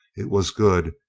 it was good,